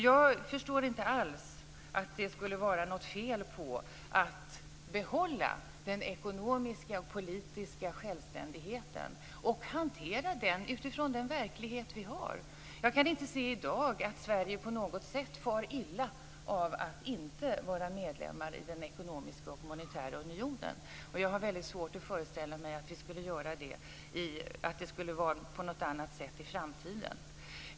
Jag förstår inte alls att det skulle vara något fel på att behålla den ekonomiska och politiska självständigheten och hantera den utifrån den verklighet som vi har i dag. Jag kan inte på något sätt se att Sverige far illa av att inte vara medlem i den ekonomiska och monetära unionen. Och jag har väldigt svårt att föreställa mig att det skulle vara på något annat sätt i framtiden.